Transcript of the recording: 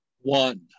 One